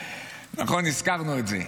נכון, הזכרנו את זה.